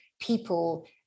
people